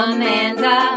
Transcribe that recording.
Amanda